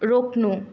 रोक्नु